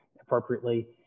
appropriately